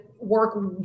work